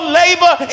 labor